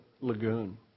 lagoon